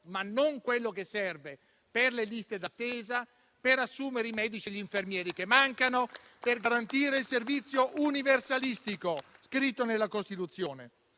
ma non quello che serve per le liste d'attesa, per assumere i medici e gli infermieri che mancano, per garantire il servizio universalistico scritto nella Costituzione.